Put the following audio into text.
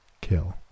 kill